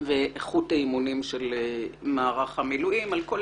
ואיכות האימונים של מערך המילואים, על כל